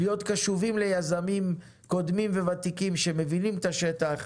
להיות קשובים ליזמים קודמים וותיקים שמבינים את השטח,